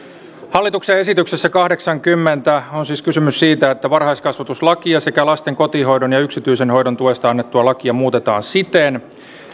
hallituksen esityksessä kahdeksankymmentä on siis kysymys siitä että varhaiskasvatuslakia sekä lasten kotihoidon ja yksityisen hoidon tuesta annettua lakia muutetaan siten